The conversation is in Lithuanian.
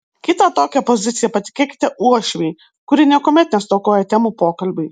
kitą tokią poziciją patikėkite uošvei kuri niekuomet nestokoja temų pokalbiui